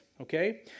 okay